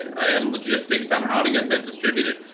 and logistics on how to get that distributed.